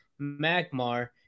Magmar